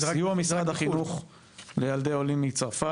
סיוע משרד החינוך לילדי עולים מצרפת